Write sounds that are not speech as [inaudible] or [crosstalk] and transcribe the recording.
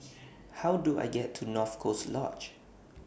[noise] How Do I get to North Coast Lodge